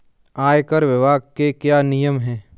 आयकर विभाग के क्या नियम हैं?